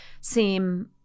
seem